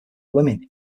women